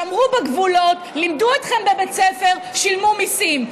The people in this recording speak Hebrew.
שמרו בגבולות, לימדו אתכם בבית ספר, שילמו מיסים.